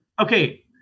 Okay